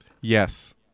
Yes